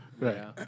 Right